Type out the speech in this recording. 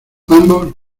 ambos